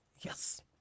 Yes